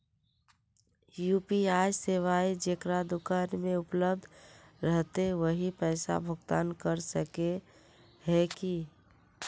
UPI सेवाएं जेकरा दुकान में उपलब्ध रहते वही पैसा भुगतान कर सके है की?